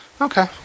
Okay